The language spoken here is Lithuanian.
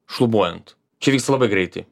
šlubuojant čia vyksta labai greitai